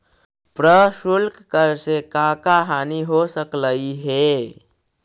प्रशुल्क कर से का का हानि हो सकलई हे